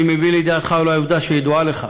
אני מביא לידיעתך עובדה שאולי ידועה לך: